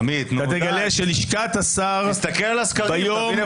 אתה תגלה שלשכת השר ביום --- עמית,